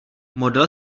modlil